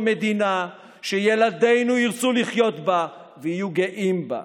מדינה שילדינו ירצו לחיות בה ויהיו גאים בה.